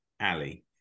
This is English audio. Ali